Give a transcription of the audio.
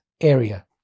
area